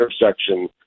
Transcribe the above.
intersection